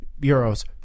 Euros